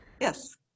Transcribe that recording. Yes